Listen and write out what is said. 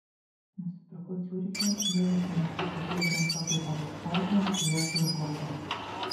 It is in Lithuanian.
nusipirkau ciuriche buvusiame fabrike įrengtą butą erdvų šviesų ir kuklų